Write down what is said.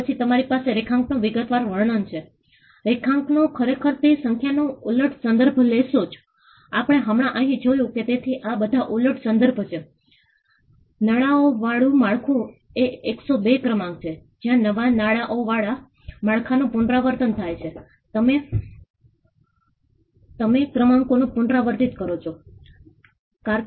તેથી તમારી સહભાગીતા તેના પર નિર્ભર છે કે હું તમને કેવી રીતે ભાગ લેવા માંગું છું હું કદાચ કહી શકું કે તમે બે ત્રણ પ્રશ્નો પૂછી શકો છો તમે ત્રણ ચાર પ્રશ્નો પૂછી શકો છો તે છે